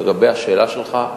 לגבי השאלה שלך,